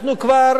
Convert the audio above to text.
אנחנו כבר